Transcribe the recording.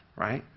right?